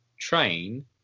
train